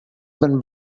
been